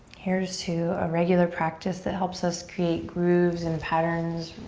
here's to a regular practice that helps us create grooves and patterns,